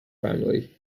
family